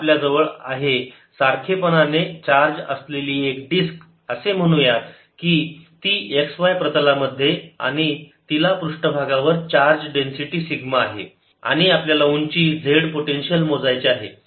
तर आपल्याजवळ आहे सारखेपणा ने चार्ज असलेली एक डिस्क असे म्हणू या की ती x y प्रतलामध्ये आणि तिला पृष्ठभागावर चार्ज डेन्सिटी सिग्मा आहे आणि आपल्याला उंची z पोटेन्शियल मोजायचे आहे